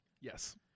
Yes